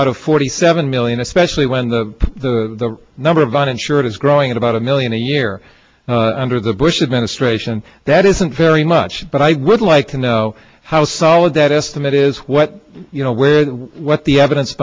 out of forty seven million especially when the the number of uninsured is growing at about a million a year under the bush administration that isn't very much but i would like to know how solid that estimate is what you know where what the evidence